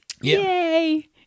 Yay